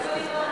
איראן.